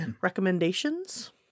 recommendations